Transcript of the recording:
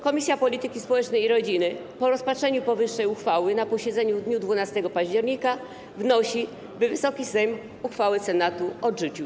Komisja Polityki Społecznej i Rodziny po rozpatrzeniu powyższej uchwały na posiedzeniu w dniu 12 października wnosi, by Wysoki Sejm uchwałę Senatu odrzucił.